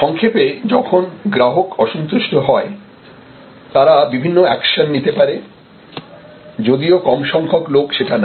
সংক্ষেপে যখন গ্রাহক অসন্তুষ্ট হয় তারা বিভিন্ন অ্যাকশন নিতে পারে যদিও কম সংখ্যক লোক সেটা নেয়